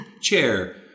chair